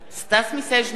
סטס מיסז'ניקוב,